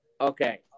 okay